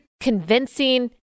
convincing